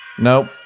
Nope